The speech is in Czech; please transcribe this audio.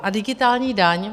A digitální daň?